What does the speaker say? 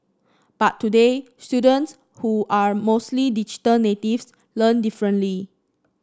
but today students who are mostly digital natives learn differently